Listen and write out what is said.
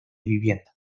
vivienda